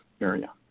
area